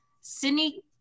Sydney